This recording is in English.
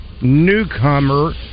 newcomer